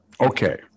okay